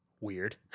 weird